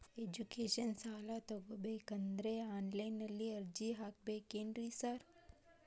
Education ಸಾಲ ತಗಬೇಕಂದ್ರೆ online ನಲ್ಲಿ ಅರ್ಜಿ ಹಾಕ್ಬೇಕೇನ್ರಿ ಸಾರ್?